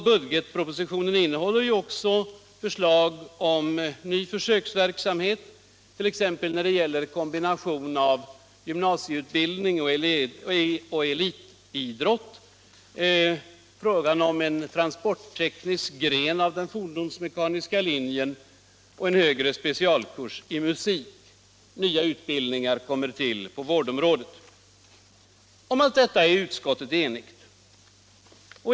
Budgetpropositionen innehåller också förslag om ny försöksverksamhet, t.ex. när det gäller kombination av gymnasieutbildning och elitidrott, frågan om en transportteknisk gren Om allt detta är utskottet enigt.